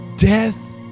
Death